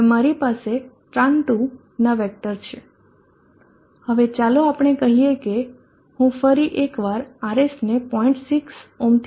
હવે મારી પાસે tran two ના વેક્ટર છે હવે ચાલો આપણે કહીએ કે હું ફરી એક વાર RS ને 0